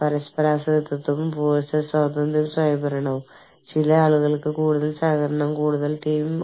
നിർഭാഗ്യവശാൽ ബിസിനസ്സുകൾ മനുഷ്യവിഭവശേഷിക്ക് അന്താരാഷ്ട്ര രംഗത്ത് വളരെ ഉയർന്ന മുൻഗണന നൽകുന്നില്ല